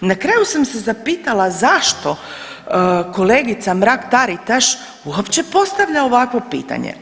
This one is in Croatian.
Na kraju sam se zapitala zašto kolegica Mrak Taritaš uopće postavlja ovakvo pitanje.